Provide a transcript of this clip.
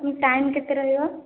time କେତେ ରହିବ